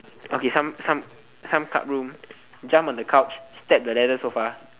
okay some some some club room jump on the couch step the leather sofa